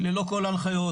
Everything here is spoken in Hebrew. ללא כל הנחיות,